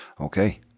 Okay